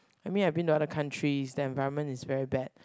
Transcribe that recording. I mean I been to other countries the environment is very bad